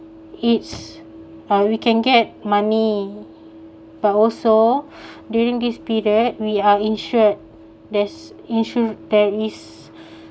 it's uh we can get money but also during this period we are insured there's insur~ there is